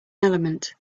element